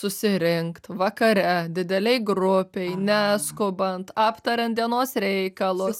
susirinkt vakare didelėj grupėj neskubant aptariant dienos reikalus